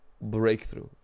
breakthrough